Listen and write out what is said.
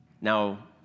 Now